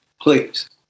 please